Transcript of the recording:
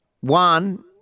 One